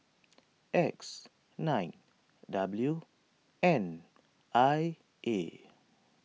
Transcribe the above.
X nine W N I A